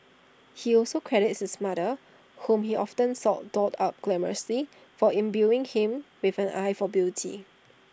he also credits his mother whom he often saw dolled up glamorously for imbuing him with an eye for beauty